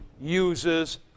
uses